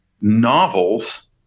novels